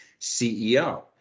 CEO